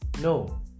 No